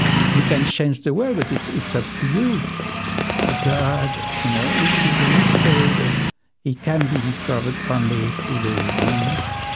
you can change the world, but it's it's up to you. god you know is is a mystery, but he can be discovered only through the weak,